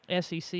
SEC